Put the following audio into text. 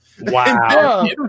Wow